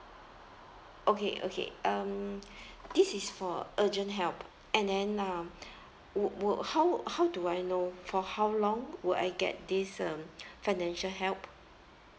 okay okay um this is for urgent help and then uh would would how how do I know for how long will I get this um financial help